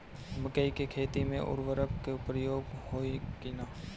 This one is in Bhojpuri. मकई के खेती में उर्वरक के प्रयोग होई की ना?